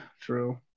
true